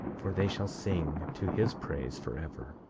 for they shall sing to his praise forever.